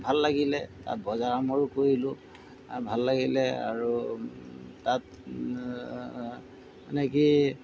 ভাল লাগিলে তাত বজাৰ সমাৰো কৰিলোঁ ভাল লাগিলে আৰু তাত এনেকৈ